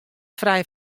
frij